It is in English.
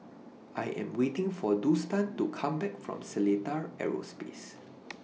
I Am waiting For Dustan to Come Back from Seletar Aerospace